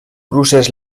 procés